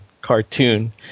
cartoon